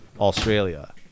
Australia